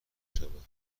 شود